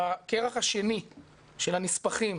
בכרך השני של הנספחים